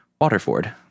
Waterford